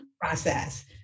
process